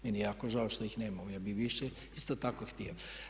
Meni je jako žao što ih nemamo, ja bih više isto tako htio.